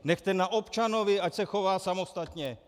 Nechte na občanovi, ať se chová samostatně.